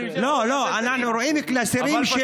ואנחנו שומעים שם צעקות, ומראים לנו קלסרים.